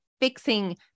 fixing